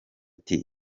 ati